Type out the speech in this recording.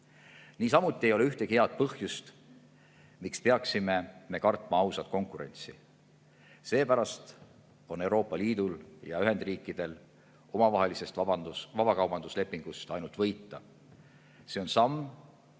ei ole ühtegi head põhjust, miks peaksime me kartma ausat konkurentsi. Seepärast on Euroopa Liidul ja Ameerika Ühendriikidel omavahelisest vabakaubanduslepingust ainult võita. See on samm,